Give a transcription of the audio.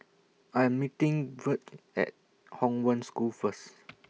I Am meeting Virge At Hong Wen School First